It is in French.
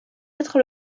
être